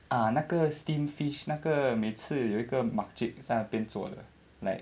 ah 那个 steamed fish 那个每次有一个 makcik 在那边做的 like